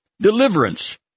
deliverance